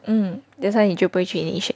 mm that's why 你就不会去你选